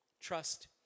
Trust